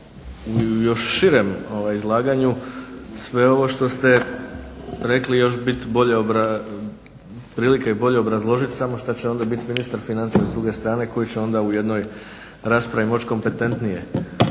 o još širem izlaganju sve ovo što ste rekli još biti prilike bolje obrazložiti samo što će onda biti ministar financija s druge strane koji će onda u jednoj raspravi moći kompetentnije